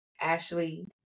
Ashley